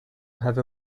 have